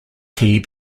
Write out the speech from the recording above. key